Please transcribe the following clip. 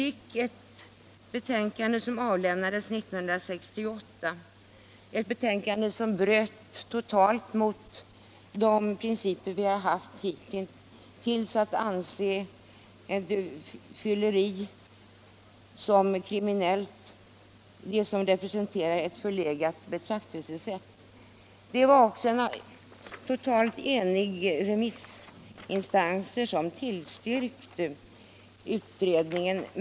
År 1968 fick vi ett betänkande som bröt totalt mot den priricip vi haft dittills, alltså att anse fylleri som kriminellt. Det blev nu ett förlegat betraktelsesätt. De remissinstanser som tillstyrkte förslaget var också helt eniga.